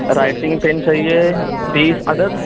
writing pen چاہیے تیس عدد